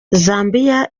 zambia